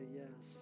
yes